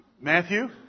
Matthew